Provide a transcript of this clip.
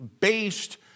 based